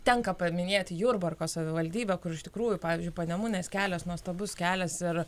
tenka paminėti jurbarko savivaldybę kur iš tikrųjų pavyzdžiui panemunės kelias nuostabus kelias ir